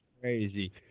crazy